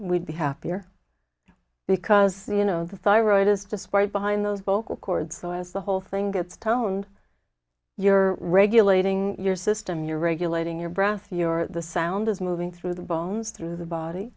we'd be happier because you know the thyroid is just right behind those vocal chords so as the whole thing gets toned you're regulating your system you're regulating your breath your the sound is moving through the bones through the body